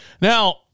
Now